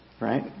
Right